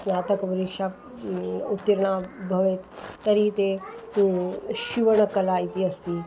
स्नातकपरीक्षा उत्तीर्णा भवेत् तर्हि ते सीवनकला इति अस्ति